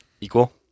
Equal